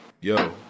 Yo